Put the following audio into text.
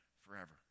forever